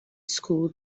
school